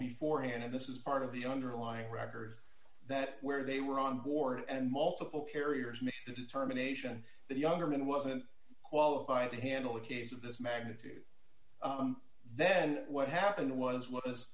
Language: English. before hand and this is part of the underlying record that where they were on board and multiple carriers mr determination that younger men wasn't qualified to handle a case of this magnitude then what happened was was